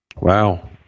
Wow